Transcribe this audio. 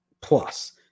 plus